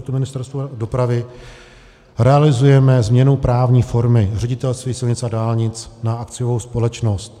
V rezortu Ministerstva dopravy realizujeme změnu právní formy Ředitelství silnic a dálnic na akciovou společnost.